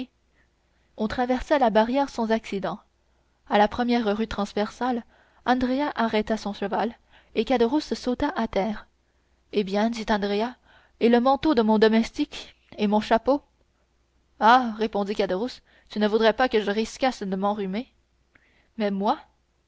on traversa la barrière sans accident à la première rue transversale andrea arrêta son cheval et caderousse sauta à terre eh bien dit andrea et le manteau de mon domestique et mon chapeau ah répondit caderousse tu ne voudrais pas que je risquasse de m'enrhumer mais moi